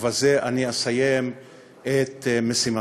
ובזה אני אסיים את משימתי: